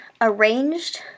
arranged